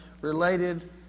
related